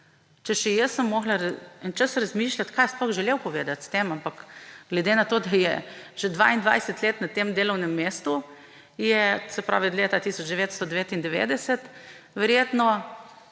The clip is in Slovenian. še jaz en čas razmišljati, kaj je sploh želel povedati s tem. Ampak glede na to, da je že 22 let na tem delovnem mestu, od leta 1999, verjetno